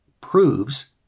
proves